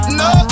no